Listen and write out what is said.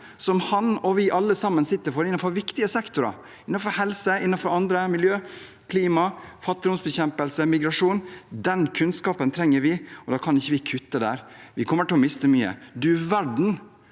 som han og vi alle sammen sitter på innenfor viktige sektorer, innenfor helse, miljø og klima, fattigdomsbekjempelse og migrasjon. Den kunnskapen trenger vi, og da kan vi ikke kutte der. Vi kommer til å miste mye. Du verden